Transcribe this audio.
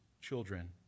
children